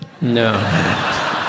No